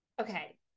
okay